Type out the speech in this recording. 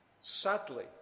Sadly